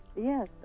Yes